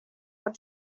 what